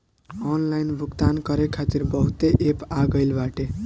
online भुगतान करे खातिर बहुते एप्प आ गईल बाटे